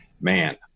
Man